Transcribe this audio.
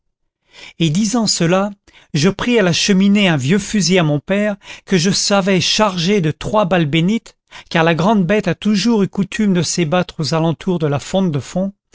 et disant cela je pris à la cheminée un vieux fusil à mon père que je savais chargé de trois balles bénites car la grand'bête a toujours eu coutume de s'ébattre aux alentours de la font de fond